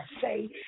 say